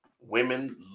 women